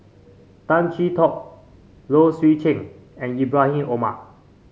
Tay Chee Toh Low Swee Chen and Ibrahim Omar